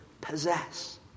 possess